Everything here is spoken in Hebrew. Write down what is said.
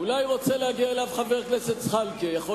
אולי חבר הכנסת זחאלקה רוצה להגיע אליו.